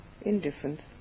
indifference